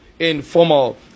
informal